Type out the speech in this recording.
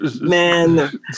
man